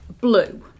blue